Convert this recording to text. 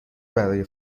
برای